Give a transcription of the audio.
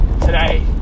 today